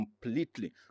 completely